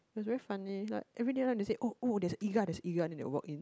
it's very funny like every day they said oh oh there is EGA there is EGA then they walk in